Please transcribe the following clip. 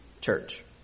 Church